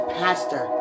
pastor